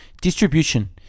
Distribution